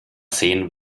sehen